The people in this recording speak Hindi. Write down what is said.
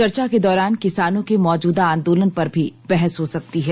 चर्चा के दौरान किसानों के मौजूदा आंदोलन पर भी बहस हो सकती है